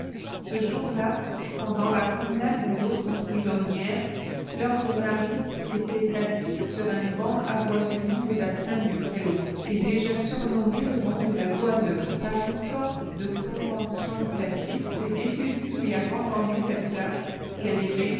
ce jour-là pendant la promenade des autres prisonnières fleur de marie était assise sur un banc avoisinant le bassin du préau et déjà surnommé le banc de la goualeuse par une sorte de convention tacite les détenues lui abandonnaient cette place qu'elle aimait